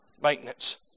maintenance